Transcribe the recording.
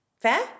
Fair